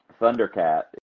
thundercat